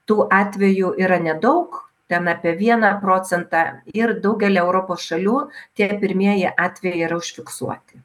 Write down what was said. tų atvejų yra nedaug ten apie vieną procentą ir daugely europos šalių tie pirmieji atvejai yra užfiksuoti